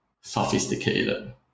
sophisticated